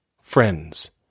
Friends